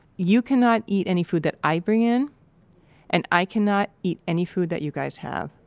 you cannot eat any food that i bring in and i cannot eat any food that you guys have.